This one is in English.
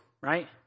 right